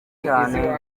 cyane